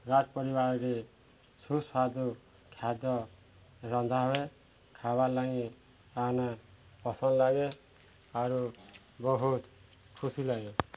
ରାଜ ପରିବାରରେ ସୁସ୍ୱାଦୁ ଖାଦ୍ୟ ରନ୍ଧା ହୁଏ ଖାଇବାର୍ ଲାଗି ଆନେ ପସନ୍ଦ ଲାଗେ ଆରୁ ବହୁତ ଖୁସି ଲାଗେ